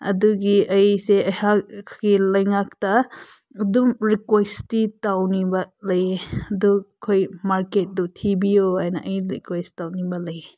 ꯑꯗꯨꯒꯤ ꯑꯩꯁꯦ ꯑꯩꯍꯥꯛꯀꯤ ꯂꯩꯉꯥꯛꯇ ꯑꯗꯨꯝ ꯔꯤꯀ꯭ꯋꯦꯁꯇꯤ ꯇꯧꯅꯤꯡꯕ ꯂꯩ ꯑꯗꯨ ꯑꯩꯈꯣꯏ ꯃꯥꯔꯀꯦꯠꯇꯨ ꯊꯤꯕꯤꯑꯣ ꯍꯥꯏꯅ ꯑꯩ ꯔꯤꯀ꯭ꯋꯦꯁ ꯇꯧꯅꯤꯡꯕ ꯂꯩ